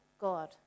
God